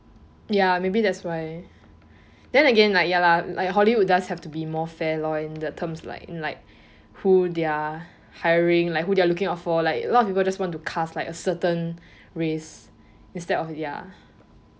ya maybe that's why then again like ya lah like hollywood does have to be more fair lor in the terms like in like who they are hiring like who they are looking for like lot of people just want to cast like a certain race instead of ya